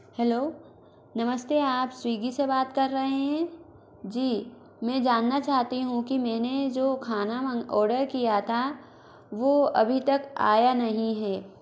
hello नमस्ते आप स्विग्गी से बात कर रहे हैं जी मैं जानना चाहती हूँ कि मैंने जो खाना ऑर्डर किया था वो अभी तक आया नहीं है